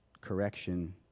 correction